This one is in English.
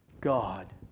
God